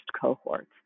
cohort